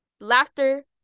laughter